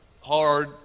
hard